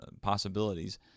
possibilities